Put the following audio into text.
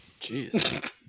Jeez